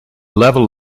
level